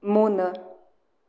മൂന്ന്